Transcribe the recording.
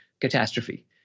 catastrophe